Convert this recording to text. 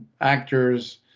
actors